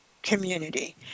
community